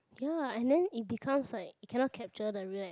ya and then it becomes like it cannot capture the real